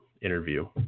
Interview